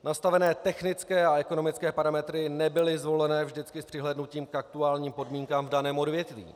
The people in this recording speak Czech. Nastavené technické a ekonomické parametry nebyly zvoleny vždycky s přihlédnutím k aktuálním podmínkám v daném odvětví.